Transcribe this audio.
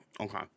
Okay